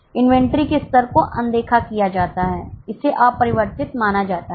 inventory के स्तर को अनदेखा किया जाता है इसे अपरिवर्तित माना जाता है